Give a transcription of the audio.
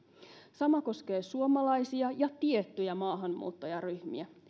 sama koskee suomalaisia ja tiettyjä maahanmuuttajaryhmiä